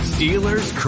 Steelers